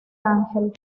ángel